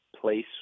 place